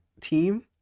team